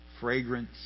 fragrance